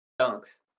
Dunks